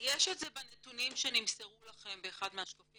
יש את זה בנתונים שנמסרו לכם באחד מהשקפים,